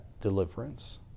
deliverance